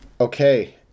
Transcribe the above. Okay